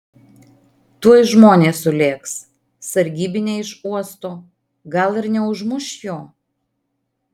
tuoj žmonės sulėks sargybiniai iš uosto gal ir neužmuš jo